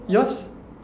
yours